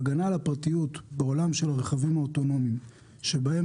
הגנה על הפרטיות בעולם של הרכבים האוטונומיים בהם